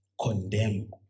condemn